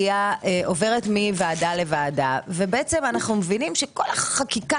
עוברת מוועדה לוועדה ובעצם אנחנו מבינים שכל החקיקה